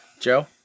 Joe